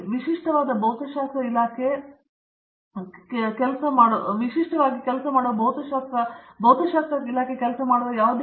ಮತ್ತು ವಿಶಿಷ್ಟವಾದ ಭೌತಶಾಸ್ತ್ರ ಇಲಾಖೆ ಕೆಲಸ ಮಾಡುವ ಉದ್ಯಮವು ನಿಮಗೆ ಹೆಚ್ಚು ಆಸಕ್ತಿ ಇದೆಯೆಂದು ತಿಳಿದಿದೆಯೇ